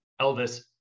Elvis